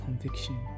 conviction